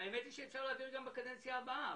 האמת היא שאפשר להעביר גם בקדנציה הבאה.